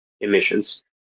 emissions